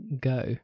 go